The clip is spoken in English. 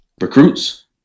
recruits